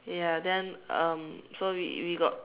ya then uh so we we got